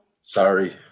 Sorry